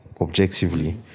objectively